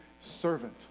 servant